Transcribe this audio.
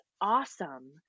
awesome